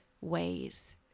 Ways